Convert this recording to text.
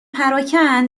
پراکن